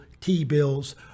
T-bills